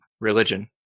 Religion